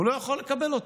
הוא לא יכול לקבל אותו.